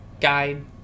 guide